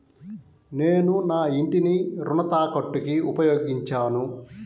నేను నా ఇంటిని రుణ తాకట్టుకి ఉపయోగించాను